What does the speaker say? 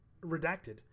redacted